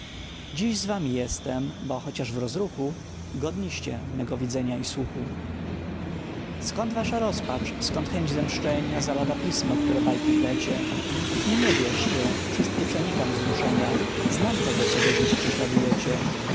dziś z wami jestem bo chociaż w rozruchu godniście mego widzenia i słuchu skąd wasza rozpacz skąd chęci zemszczenia za lada pismo które bajki plecie mnie wierzcie wszystkie przenikam wzruszenia znam tego co go dziś prześladujecie wie